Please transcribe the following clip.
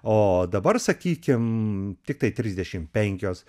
o dabar sakykim tiktai trisdešimt penkios